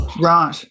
Right